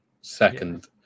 Second